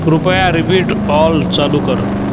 कृपया repeat all चालू कर